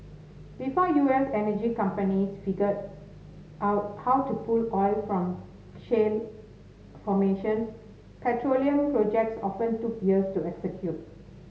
before U S energy companies figured out how to pull oil from shale formations petroleum projects often took years to execute